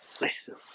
Listen